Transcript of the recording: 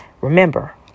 Remember